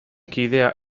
kidea